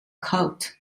cult